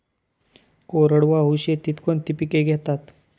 कोरडवाहू शेतीत कोणती पिके घेतात?